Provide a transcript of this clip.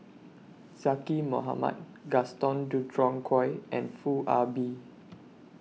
Zaqy Mohamad Gaston Dutronquoy and Foo Ah Bee